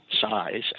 size